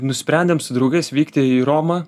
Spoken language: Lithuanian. nusprendėm su draugais vykti į romą